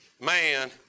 man